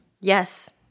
Yes